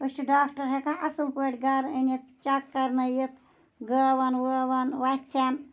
أسۍ چھِ ڈاکٹر ہیٚکان اَصٕل پٲٹھۍ گَرٕ أنِتھ چَیٚک کَرنٲیِتھ گٲوَن وٲوَن وَژھٮ۪ن